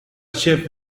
chef